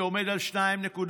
שעומד על 2.4%,